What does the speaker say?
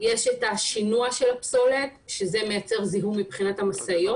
יש את השינוע של הפסולת שזה מייצר זיהום מבחינת המשאיות,